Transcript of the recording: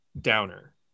downer